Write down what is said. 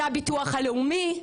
זה הביטוח הלאומי,